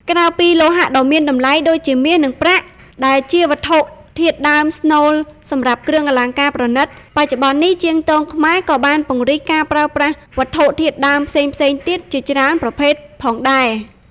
ក្រៅពីលោហៈដ៏មានតម្លៃដូចជា មាស និងប្រាក់ ដែលជាវត្ថុធាតុដើមស្នូលសម្រាប់គ្រឿងអលង្ការប្រណីត បច្ចុប្បន្ននេះជាងទងខ្មែរក៏បានពង្រីកការប្រើប្រាស់ វត្ថុធាតុដើមផ្សេងៗទៀត ជាច្រើនប្រភេទផងដែរ។